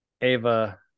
Ava